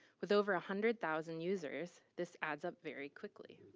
with over a hundred thousand users this adds up very quickly